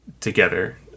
together